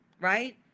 right